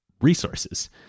resources